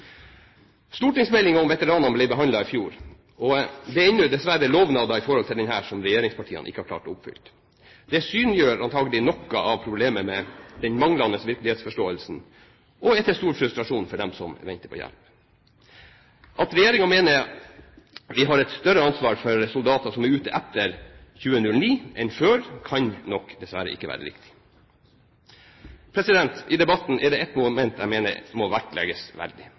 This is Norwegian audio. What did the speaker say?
om veteranene ble behandlet i fjor, og det er dessverre ennå lovnader knyttet til denne som regjeringspartiene ikke har klart å oppfylle. Det synliggjør antakelig noe av problemet med den manglende virkelighetsforståelsen, og er til stor frustrasjon for dem som venter på hjelp. At regjeringen mener vi har et større ansvar for soldater som er ute etter 2009, enn før, kan ikke være riktig. I debatten er det ett moment jeg mener må vektlegges veldig: